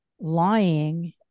lying